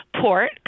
port